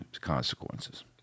consequences